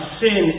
sin